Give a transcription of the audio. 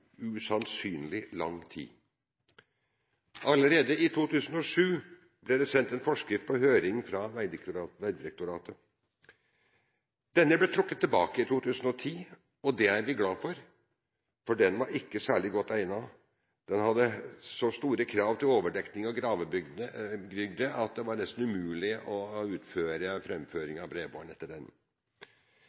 usannsynlig lang tid. Allerede i 2007 ble det sendt en forskrift på høring fra Vegdirektoratet. Denne ble trukket tilbake i 2010, og det er vi glad for, for den var ikke særlig godt egnet. Den hadde så store krav til overdekning og gravedybde at det nesten var umulig å utføre framføring av bredbånd etter den.